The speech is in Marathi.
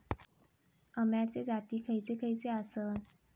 अम्याचे जाती खयचे खयचे आसत?